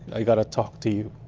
i got to talk to you.